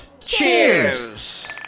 Cheers